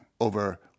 over